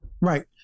Right